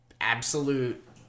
absolute